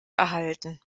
erhalten